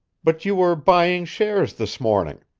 but you were buying shares this morning.